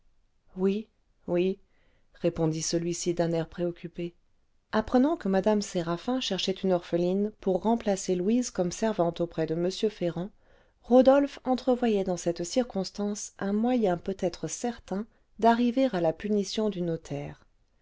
oui oui répondit celui-ci d'un air préoccupé apprenant que mme séraphin cherchait une orpheline pour remplacer louise comme servante auprès de m ferrand rodolphe entrevoyait dans cette circonstance un moyen peut-être certain d'arriver à la punition du notaire